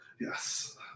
Yes